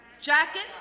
Jacket